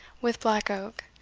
with black oak,